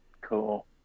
Cool